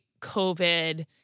covid